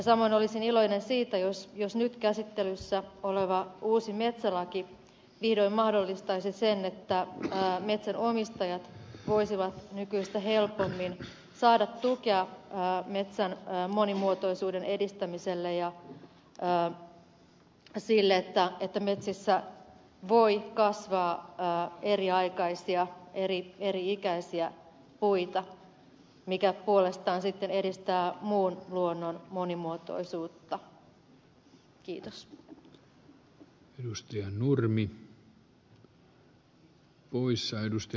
samoin olisin iloinen siitä jos nyt käsittelyssä oleva uusi metsälaki vihdoin mahdollistaisi sen että metsänomistajat voisivat nykyistä helpommin saada tukea metsän monimuotoisuuden edistämiselle ja sille että metsissä voi kasvaa eriaikaisia eri ikäisiä puita mikä puolestaan sitten edistää muun luonnon monimuotoisuutta